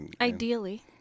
Ideally